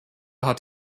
hat